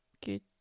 good